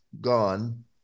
gone